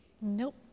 Nope